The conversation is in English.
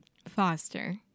Foster